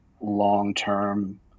long-term